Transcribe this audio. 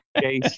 case